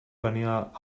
venia